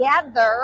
together